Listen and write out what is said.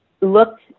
looked